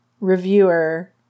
reviewer